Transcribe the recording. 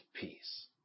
peace